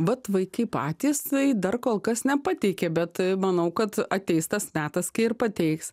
vat vaikai patys dar kol kas nepateikė bet manau kad ateis tas metas kai ir pateiks